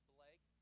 Blake